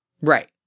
Right